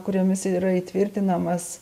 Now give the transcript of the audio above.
kuriomis yra įtvirtinamas